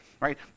Right